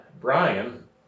Brian